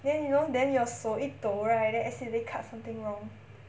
then you know then your 手一抖 right then accidentally cut something wrong